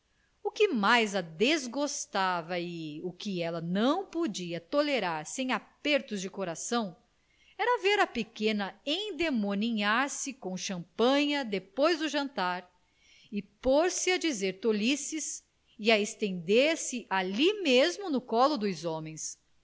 o que mais a desgostava e o que ela não podia tolerar sem apertos de coração era ver a pequena endemoninhar se com champanha depois do jantar e pôr-se a dizer tolices e a estender-se ali mesmo no colo dos homens